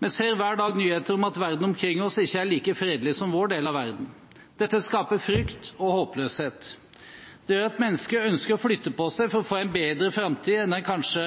Vi ser hver dag nyheter om at verden omkring oss ikke er like fredelig som vår del av verden. Dette skaper frykt og håpløshet. Det gjør at mennesker ønsker å flytte på seg for å få en bedre framtid enn de kanskje